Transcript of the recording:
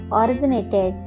originated